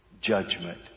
judgment